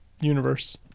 universe